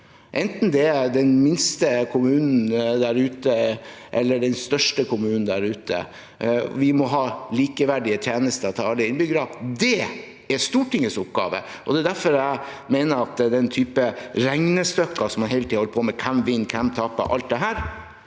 enten det er den minste eller den største kommunen der ute. Vi må ha likeverdige tjenester til alle innbyggere. Det er Stortingets oppgave, og det er derfor jeg mener at den type regnestykke en hele tiden holder på med – hvem vinner, hvem taper og alt dette